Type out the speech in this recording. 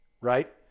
right